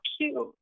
cute